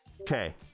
Okay